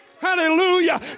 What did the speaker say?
Hallelujah